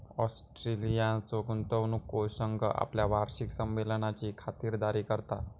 ऑस्ट्रेलियाचो गुंतवणूक कोष संघ आपल्या वार्षिक संमेलनाची खातिरदारी करता